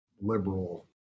liberal